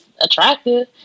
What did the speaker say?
attractive